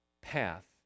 path